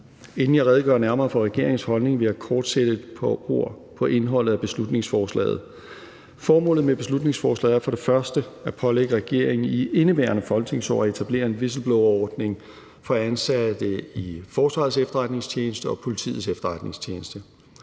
Inden jeg redegør nærmere for regeringens holdning, vil jeg kort sætte et par ord på indholdet af beslutningsforslaget. Formålet med beslutningsforslaget er for det første at pålægge regeringen i indeværende folketingsår at etablere en whistleblowerordning for ansatte i Forsvarets Efterretningstjeneste og Politiets Efterretningstjeneste.